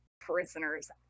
prisoners